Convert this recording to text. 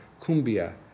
Cumbia